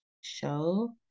show